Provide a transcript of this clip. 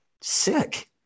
Sick